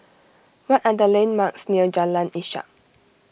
what are the landmarks near Jalan Ishak